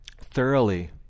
thoroughly